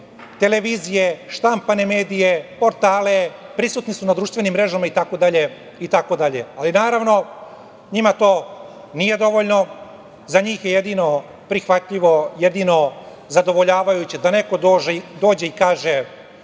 televizije, štampane medije, portale, prisutni su na društvenim mrežama itd. Naravno, njima to nije dovoljno. Za njih je jedino prihvatljivo, jedino zadovoljavajuće da neko dođe i kaže